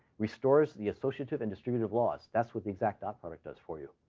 restores the associative and distributive laws. that's what the exact dot product does for you.